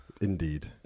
Indeed